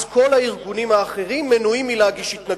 אז כל הארגונים האחרים מנועים מלהגיש התנגדות.